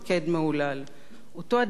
אותו אדם שעשה מלחמות